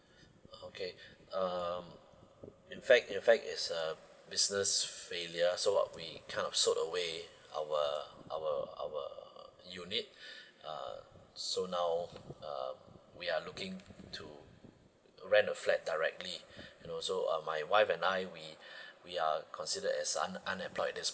okay um in fact in fact it's uh busniess failure so what we kind of sold away our our our unit uh so now uh we are looking to rent a flat directly you know so um my wife and I we we are considered as un~ unemployed this